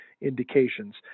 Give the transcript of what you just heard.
indications